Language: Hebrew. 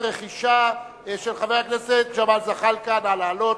של חבר הכנסת מוחמד ברכה וקבוצת חברי כנסת.